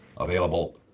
available